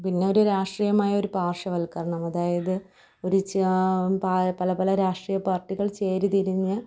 പിന്നൊരു രാഷ്ട്രീയമായൊരു പാർശ്വവൽക്കരണം അതായത് ഒരു പല പല രാഷ്ട്രീയ പാർട്ടികൾ ചേരി തിരിഞ്ഞ്